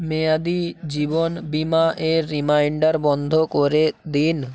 মেয়াদি জীবনবিমা এর রিমাইন্ডার বন্ধ করে দিন